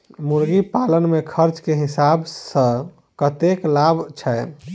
मुर्गी पालन मे खर्च केँ हिसाब सऽ कतेक लाभ छैय?